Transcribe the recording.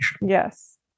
Yes